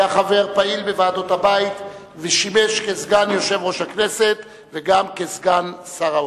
היה חבר פעיל בוועדות הבית ושימש סגן יושב-ראש הכנסת וגם סגן שר האוצר.